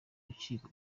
rukiko